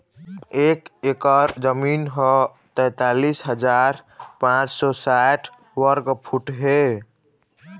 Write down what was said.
एक एकर जमीन ह तैंतालिस हजार पांच सौ साठ वर्ग फुट हे